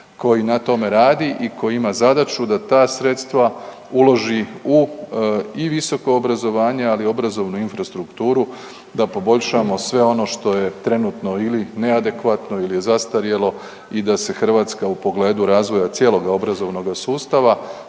koji na tome radi i koji ima zadaću da ta sredstva uloži u i visoko obrazovanje, ali i u obrazovnu infrastrukturu da poboljšamo sve ono što je trenutno ili neadekvatno ili je zastarjelo i da se Hrvatska u pogledu razvoja cijeloga obrazovnoga sustava